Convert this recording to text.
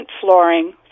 flooring